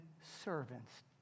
servants